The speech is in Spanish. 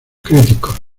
críticos